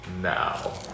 now